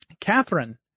Catherine